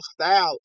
style